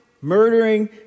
murdering